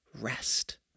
rest